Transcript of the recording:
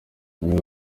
niba